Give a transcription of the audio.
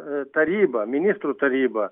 taryba ministrų taryba